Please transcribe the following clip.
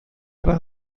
tra